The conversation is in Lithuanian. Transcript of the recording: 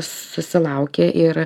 susilaukė ir